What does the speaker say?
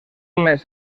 més